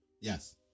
Yes